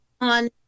on